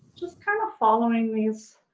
just kind of following these